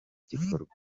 gikorwa